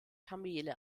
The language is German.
kamele